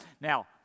Now